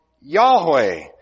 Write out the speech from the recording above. Yahweh